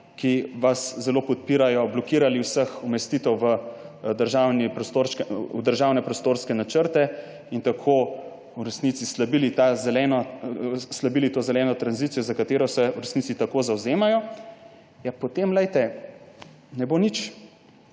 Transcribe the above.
ki vas zelo podpirajo, blokirali vseh umestitev v državne prostorske načrte in tako v resnici slabili zelene tranzicije, za katero se v resnici tako zavzemajo, ja potem, glejte, ne bo nič.